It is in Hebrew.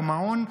במעון,